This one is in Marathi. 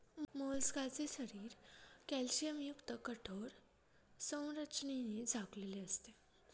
मोलस्काचे शरीर कॅल्शियमयुक्त कठोर संरचनेने झाकलेले असते